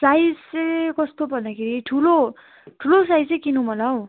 size चाहिँ कस्तो भन्दाखेरि ठुलो ठुलो साइजै किननौँ होला हौ